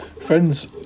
friends